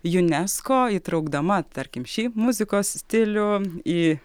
junesko įtraukdama tarkim šį muzikos stilių į